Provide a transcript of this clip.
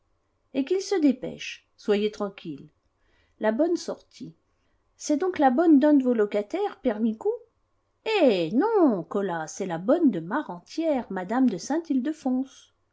et qu'il se dépêche soyez tranquille la bonne sortit c'est donc la bonne d'un de vos locataires père micou eh non colas c'est la bonne de ma rentière mme de saint ildefonse